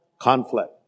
Conflict